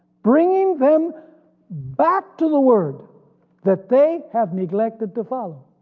bringing them back to the word that they have neglected to follow.